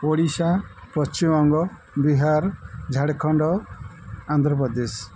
Odisha Paschimbanga Bihar Jharkhand Andhra Pradesh